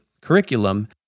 curriculum